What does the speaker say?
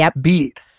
beat